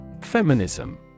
Feminism